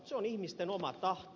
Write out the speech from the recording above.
se on ihmisten oma tahto